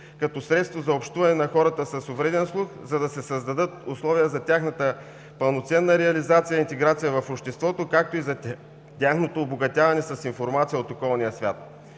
като средство за общуване на хората с увреден слух, за да се създадат условия за тяхната пълноценна реализация и интеграция в обществото, както и за тяхното обогатяване с информация от околния свят.